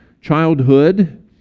childhood